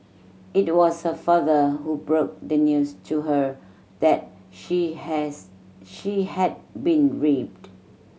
it was her father who broke the news to her that she has she had been raped